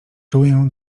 czuję